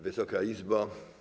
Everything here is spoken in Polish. Wysoka Izbo!